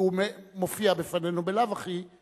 כי הוא מופיע בפנינו בלאו הכי,